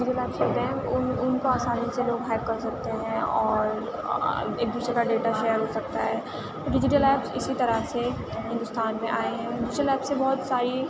digital apps ہوتے ہیں ان کو آسانی سے لوگ ہیک کر سکتے ہیں اور ایک دوسرے کا ڈیٹا شیئر ہو سکتا ہے ڈیجیٹل ایپ اسی طرح سے ہندوستان میں آئے ہیں ڈیجیٹل ایپ سے بہت ساری